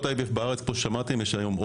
ביחידות ה-IVF בארץ יש עומס,